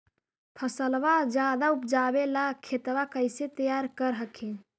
फसलबा ज्यादा उपजाबे ला खेतबा कैसे तैयार कर हखिन?